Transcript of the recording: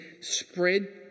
spread